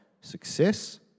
Success